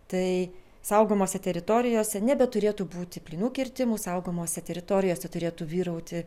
tai saugomose teritorijose nebeturėtų būti plynų kirtimų saugomose teritorijose turėtų vyrauti